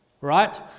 right